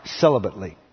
celibately